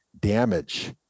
damage